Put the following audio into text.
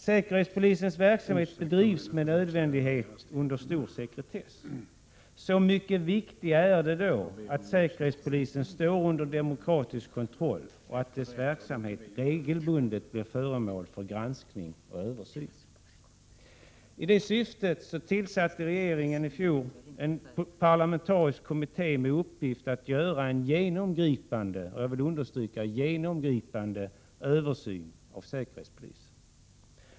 Säkerhetspolisens verksamhet bedrivs med nödvändighet under stor sekretess. Så mycket viktigare är det då att säkerhetspolisen står under demokratisk kontroll och att dess verksamhet regelbundet blir föremål för granskning och översyn. I det syftet tillsatte regeringen i fjol en parlamentarisk kommitté med uppgift att göra en genomgripande — jag vill understryka genomgripande — översyn av säkerhetspolisen.